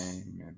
Amen